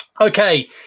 Okay